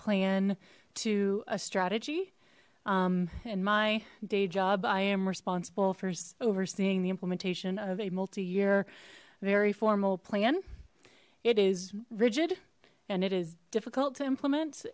plan to a strategy and my day job i am responsible for overseeing the implementation of a multi year very formal plan it is rigid and it is difficult to implement